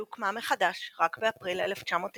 היא הוקמה מחדש רק באפריל 1991,